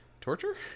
torture